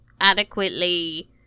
adequately